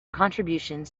contributions